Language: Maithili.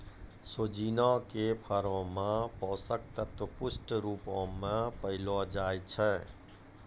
सोजिना के फरो मे पोषक तत्व पुष्ट रुपो मे पायलो जाय छै